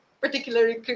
particularly